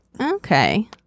Okay